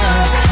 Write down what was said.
up